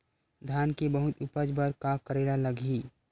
धान के बहुत उपज बर का करेला लगही?